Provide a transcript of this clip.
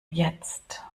jetzt